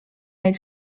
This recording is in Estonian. neil